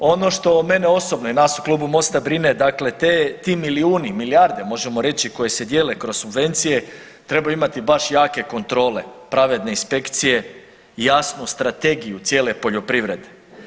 Ono što mene osobno i nas u Klubu Mosta brine dakle te, ti milijuni, milijarde možemo reći koje se dijele kroz subvencije trebaju imati baš jake kontrole, pravedne inspekcije i jasnu strategiju cijele poljoprivrede.